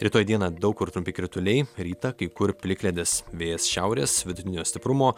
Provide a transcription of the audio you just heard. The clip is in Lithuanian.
rytoj dieną daug kur trumpi krituliai rytą kai kur plikledis vėjas šiaurės vidutinio stiprumo